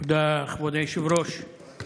תודה, כבוד היושב-ראש.